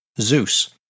Zeus